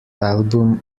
album